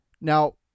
Now